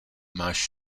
máš